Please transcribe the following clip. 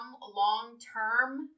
long-term